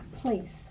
place